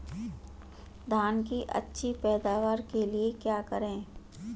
धान की अच्छी पैदावार के लिए क्या करें?